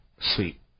sweet